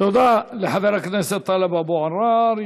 תודה לחבר הכנסת טלב אבו עראר.